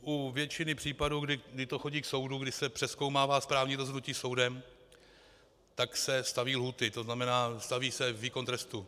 U většiny případů, kdy to chodí k soudu, kdy se přezkoumává správní rozhodnutí soudem, tak se staví lhůty, to znamená, staví se výkon trestu.